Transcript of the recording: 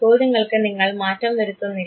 ചോദ്യങ്ങൾക്ക് നിങ്ങൾ മാറ്റം വരുത്തുന്നില്ല